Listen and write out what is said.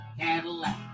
Cadillac